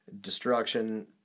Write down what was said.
Destruction